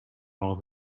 all